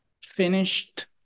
finished